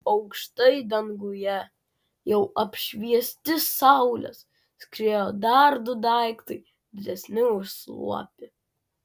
aukštai danguje jau apšviesti saulės skriejo dar du daiktai didesni už suopį